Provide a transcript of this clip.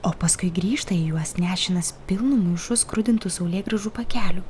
o paskui grįžta į juos nešinas pilnu maišu skrudintų saulėgrąžų pakelių